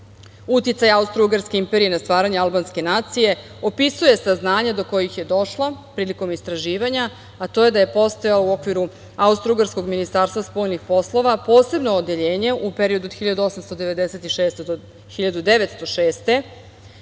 „Uticaj austrougarske imperije na stvaranje albanske nacije“ opisuje saznanja do kojih je došla prilikom istraživanja, a to je da je postojalo u okviru austrougarskog ministarstva spoljnih poslova posebno odeljenje, u periodu od 1896. do 1906.